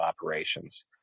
operations